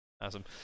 Awesome